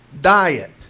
diet